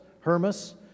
Hermas